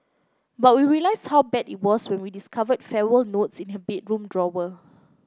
but we realised how bad it was when we discovered farewell notes in her bedroom drawer